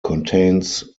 contains